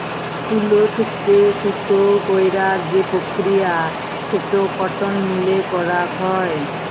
তুলো থেক্যে সুতো কইরার যে প্রক্রিয়া সেটো কটন মিলে করাক হয়